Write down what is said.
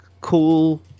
cool